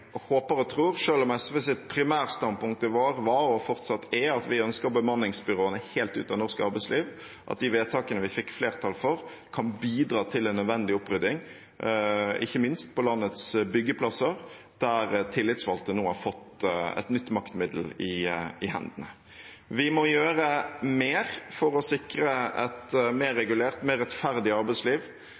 håper og tror, selv om SVs primærstandpunkt i vår var – og fortsatt er – at vi ønsker bemanningsbyråene helt ut av norsk arbeidsliv, at de vedtakene vi fikk flertall for, kan bidra til en nødvendig opprydding, ikke minst på landets byggeplasser, der tillitsvalgte nå har fått et nytt maktmiddel i hendene. Vi må gjøre mer for å sikre et mer regulert, mer rettferdig arbeidsliv.